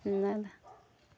ल ल